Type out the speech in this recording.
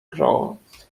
growth